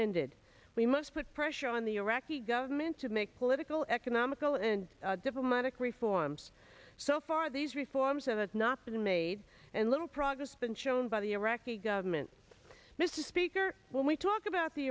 ended we must put pressure on the iraqi government to make political economical and diplomatic reforms so far these reforms that not been made and little progress been shown by the iraqi government mr speaker when we talk about the